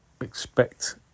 expect